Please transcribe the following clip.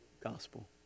gospel